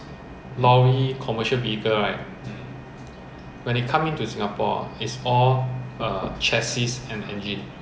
ya the wall the glass the panel the seat everything the staircase everything everything is built in malaysia it's all custom